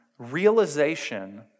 realization